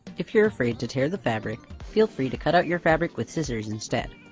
if you're afraid to tear the fabric, feel free to cut out your fabric with scissors instead.